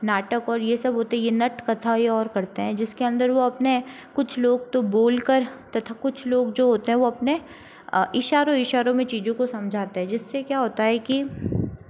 नाटक और ये सब होते हैं ये नट कथा ये और करते हैं जिसके अंदर वो अपने कुछ लोग तो बोलकर तथा कुछ लोग जो होते हैं वो अपने इशारों इशारों में चीज़ों को समझते हैं जिससे क्या होता है कि